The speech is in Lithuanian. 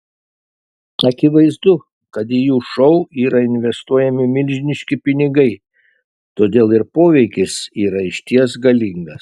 akivaizdu kad į jų šou yra investuojami milžiniški pinigai todėl ir poveikis yra išties galingas